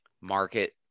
market